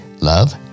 love